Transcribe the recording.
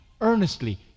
earnestly